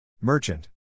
Merchant